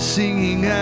singing